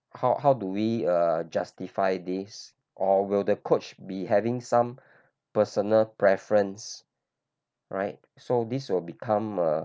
ho~ how do we uh justify this or will the coach be having some personal preference right so this will become a